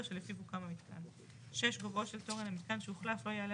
שלפיו הוקם המיתקן; (6) גובהו של תורן המיתקן שהוחלף לא יעלה